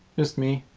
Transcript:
just me?